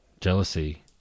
jealousy